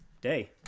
Day